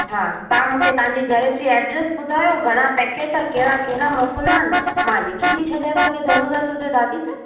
हा तव्हां मूंखे तव्हांजी घर जी एड्रेस ॿुधायो घणा पैकेट कहिड़ा कहिड़ा मोकिलणा आहिनि मां लिखी थी छॾियां तव्हांखे ज़रूरत हुजे दादी त